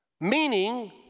Meaning